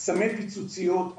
סמי פיצוציות,